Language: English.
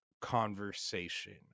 conversation